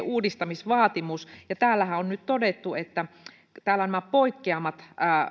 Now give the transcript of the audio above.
uudistamisvaatimus täällähän on nyt todettu täällä ovat nämä poikkeamat